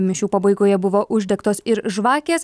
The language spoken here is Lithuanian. mišių pabaigoje buvo uždegtos ir žvakės